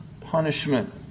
punishment